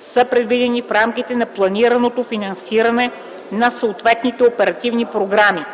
са предвидени в рамките на планираното финансиране на съответните оперативни програми.